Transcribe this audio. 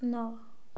ନଅ